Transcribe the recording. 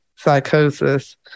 psychosis